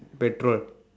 petrol